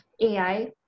AI